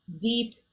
deep